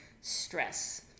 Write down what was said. stress